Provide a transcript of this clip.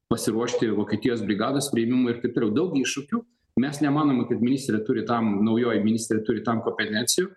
pasiruošti vokietijos brigados priėmimui ir taip toliau daug iššūkių mes nemanome kad ministrė turi tam naujoji ministrė turi tam kompetencijų